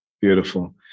Beautiful